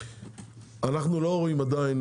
אנו לא רואים עדיין